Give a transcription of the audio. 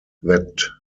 that